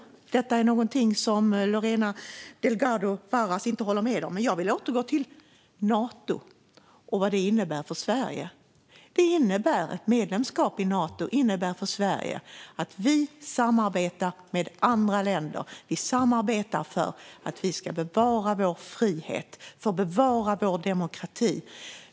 Är det någonting Lorena Delgado Varas inte håller med om? Jag vill dock återgå till att prata om Nato och vad ett medlemskap innebär för Sverige. Ett medlemskap i Nato innebär att vi samarbetar med andra länder. Vi samarbetar för att bevara vår frihet och vår demokrati.